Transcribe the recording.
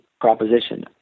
proposition